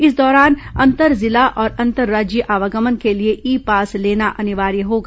इस दौरान अंतर जिला और अंतर्राज्यीय आवागमन के लिए ई पास लेना अनिवार्य होगा